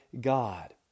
God